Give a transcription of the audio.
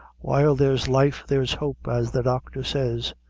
while there's life there's hope, as the doctor says.